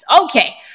Okay